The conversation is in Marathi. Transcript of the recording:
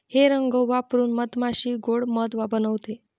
हे रंग वापरून मधमाशी गोड़ मध बनवते